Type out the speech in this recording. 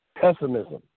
Pessimism